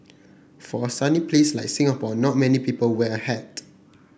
for a sunny place like Singapore not many people wear a hat